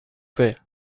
fais